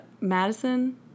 Madison